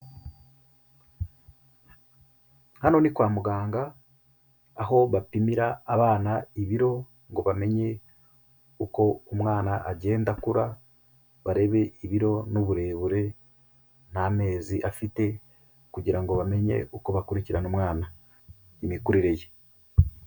Hano ni kwa muganga aho bapimira abana ibiro ngo bamenye uko umwana agenda akura, barebe ibiro n'uburebure n'amezi afite kugira ngo bamenye uko bakurikirana umwana imikurire ye.